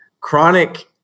chronic